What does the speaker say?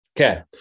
Okay